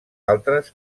altres